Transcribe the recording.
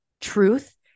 truth